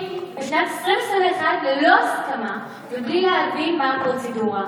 בשנת 2021 ללא הסכמה ובלי להבין מה הפרוצדורה.